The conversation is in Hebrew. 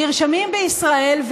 נרשמים בישראל,